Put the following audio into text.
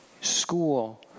school